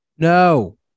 No